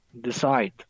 decide